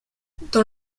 dans